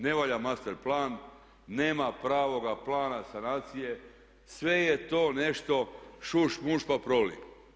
Ne valja master plan, nema pravoga plana sanacije, sve je to nešto šuš muš pa proli.